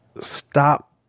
stop